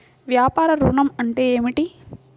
వ్యాపార ఋణం అంటే ఏమిటి?